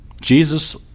Jesus